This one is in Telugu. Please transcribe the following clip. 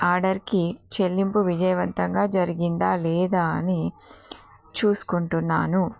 ఆర్డర్కి చెల్లింపు విజయవంతంగా జరిగిందా లేదా అని చూసుకుంటున్నాను